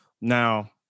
Now